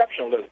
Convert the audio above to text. exceptionalism